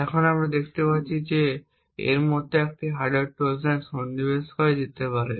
সুতরাং আমরা দেখতে পাচ্ছি যে এর মতো একটি হার্ডওয়্যার ট্রোজান সন্নিবেশ করা যেতে পারে